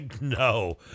No